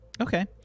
Okay